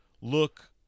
look